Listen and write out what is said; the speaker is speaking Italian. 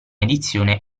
edizione